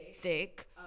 thick